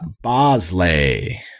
Bosley